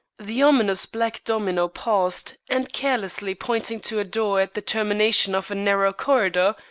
the ominous black domino paused, and carelessly pointing to a door at the termination of a narrow corridor,